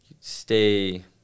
stay